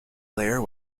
layer